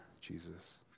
Jesus